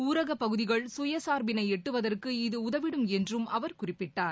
ஊரகப் பகுதிகள் சுயசார்பினை எட்டுவதற்கு இது உதவிடும் என்றும் அவர் குறிப்பிட்டார்